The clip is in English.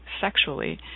sexually